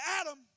Adam